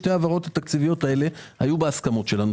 שתי ההעברות התקציביות האלה היו בהסכמות שלנו,